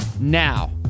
now